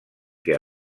que